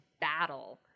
battle